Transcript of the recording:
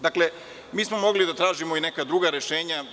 Dakle, mi smo mogli da tražimo i neka druga rešenja.